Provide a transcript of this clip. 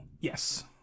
Yes